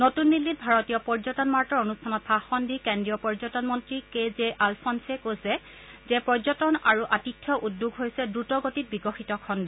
নতুন দিল্লীত ভাৰতীয় পৰ্যটন মাৰ্টৰ অনুষ্ঠানত ভাষণ দি কেন্দ্ৰীয় পৰ্যটন মন্ত্ৰী কে জে আলফলে কৈছে যে পৰ্যটন আৰু আৰু আতিথ্য উদ্যোগ হৈছে দ্ৰুত গতিত বিকশিত খণ্ড